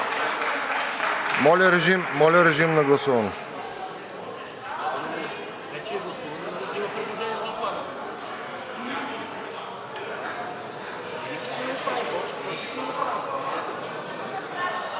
Моля, режим на гласуване.